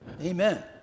amen